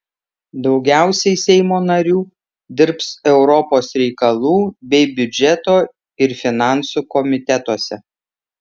daugiausiai seimo narių dirbs europos reikalų bei biudžeto ir finansų komitetuose